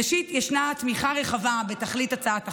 ראשית, ישנה תמיכה רחבה בתכלית הצעת החוק,